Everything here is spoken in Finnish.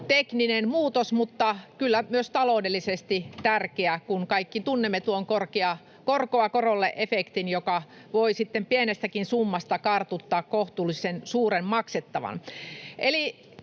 tekninen muutos, mutta kyllä myös taloudellisesti tärkeä, kun kaikki tunnemme tuon korkoa korolle ‑efektin, joka voi pienestäkin summasta kartuttaa kohtalaisen suuren maksettavan.